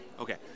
Okay